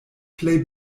plej